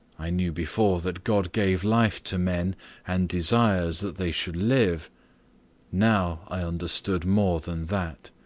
i knew before that god gave life to men and desires that they should live now i understood more than that.